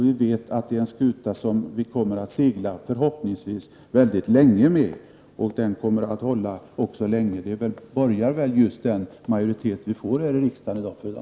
Vi vet att det är en skuta som vi förhoppningsvis kommer att segla mycket länge med. Att den kommer att hålla länge borgar den majoritet för som vi får här i riksdagen i dag.